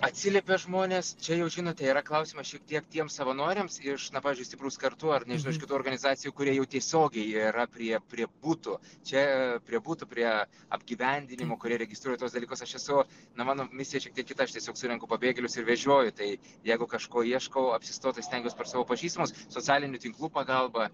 atsiliepia žmonės čia jau žinote yra klausimas šiek tiek tiems savanoriams iš na pavyzdžiui stiprūs kartu ar nežinau iš kitų organizacijų kurie jau tiesiogiai jie yra prie prie būtų čia prie butų prie apgyvendinimo kurie registruoja tuos dalykus aš esu na mano misija šiek tiek kita aš tiesiog surenku pabėgėlius ir vežioju tai jeigu kažko ieškau apsistot tai stengiuos per savo pažįstamus socialinių tinklų pagalba